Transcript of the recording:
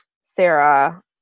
sarah